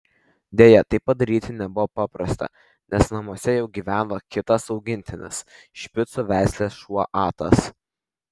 deja tai padaryti nebuvo paprasta nes namuose jau gyveno kitas augintinis špicų veislės šuo atas